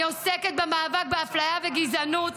אני עוסקת במאבק באפליה ובגזענות,